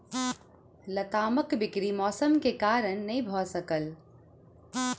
लतामक बिक्री मौसम के कारण नै भअ सकल